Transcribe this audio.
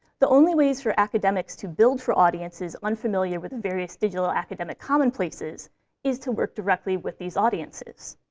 the only ways for academics to build for audiences unfamiliar with various digital academic common places is to work directly with these audiences.